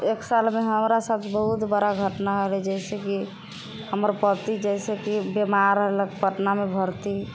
एक सालमे हमरा साथ बहुत बड़ा घटना भेलै जैसेकि हमर पति जे जैसेकि बीमार होलै पटनामे भर्ती